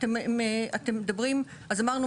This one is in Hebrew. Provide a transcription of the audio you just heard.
אז אמרנו,